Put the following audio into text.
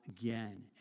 again